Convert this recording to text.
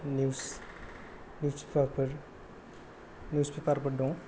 news paper फोर दं